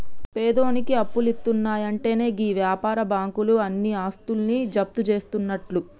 పేదోనికి అప్పులిత్తున్నయంటెనే గీ వ్యాపార బాకుంలు ఆని ఆస్తులు జప్తుజేస్తయన్నట్లు